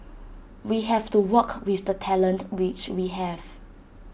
we have to work with the talent which we have